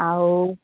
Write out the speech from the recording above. ଆଉ